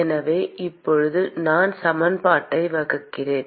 எனவே இப்போது நான் சமன்பாட்டை வகுக்கிறேன்